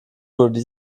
wurde